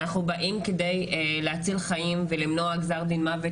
אנחנו באים כדי להציל חיים ולמנוע גזר דין מוות,